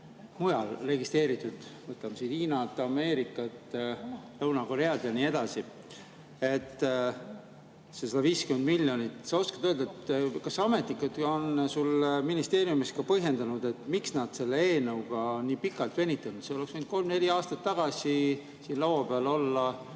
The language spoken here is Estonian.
mujal registreeritud: võtame Hiina, Ameerika, Lõuna-Korea ja nii edasi. See 150 miljonit … Kas sa oskad öelda, kas ametnikud on sulle ministeeriumis ka põhjendanud, miks nad selle eelnõuga nii pikalt on venitatud? See oleks võinud kolm-neli aastat tagasi siin laua peal olla